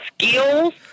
skills